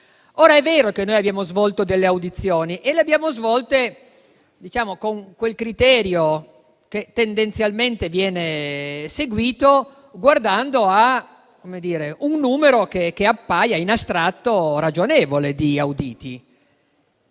È vero che abbiamo svolto delle audizioni e lo abbiamo fatto con quel criterio che tendenzialmente viene seguito, guardando a un numero di auditi che appaia in astratto ragionevole.